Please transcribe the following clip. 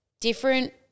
different